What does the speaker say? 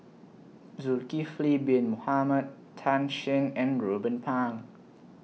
Zulkifli Bin Mohamed Tan Shen and Ruben Pang